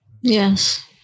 Yes